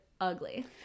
ugly